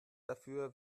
dafür